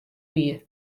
wie